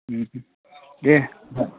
दे